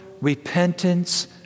repentance